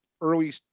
early